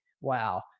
wow